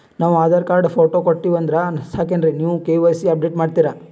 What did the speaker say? ನಾವು Aadhaar card, photo ಕೊಟ್ಟೀವಂದ್ರ ಸಾಕೇನ್ರಿ ನೀವ ಕೆ.ವೈ.ಸಿ ಅಪಡೇಟ ಮಾಡ್ತೀರಿ?